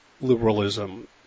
liberalism